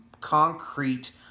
concrete